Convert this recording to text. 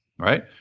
right